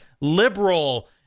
liberal